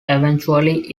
eventually